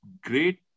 great